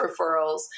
referrals